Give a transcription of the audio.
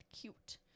cute